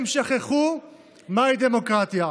הם שכחו מהי דמוקרטיה,